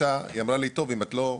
היא אמרה לי, טוב, אם את לא,